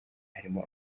harimo